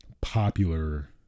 popular